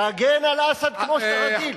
תגן על אסד כמו שאתה רגיל,